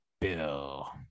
Bill